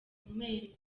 kurangiza